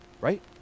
right